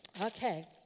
Okay